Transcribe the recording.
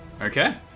Okay